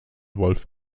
wolf